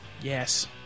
Yes